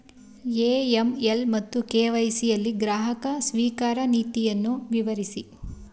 AML ಮತ್ತು KYC ಯಲ್ಲಿ ಗ್ರಾಹಕ ಸ್ವೀಕಾರ ನೀತಿಯನ್ನು ವಿವರಿಸಿ?